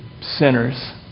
sinners